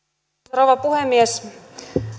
rouva puhemies